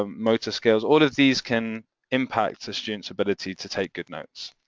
ah motor skills, all of these can impact the student's ability to take good notes.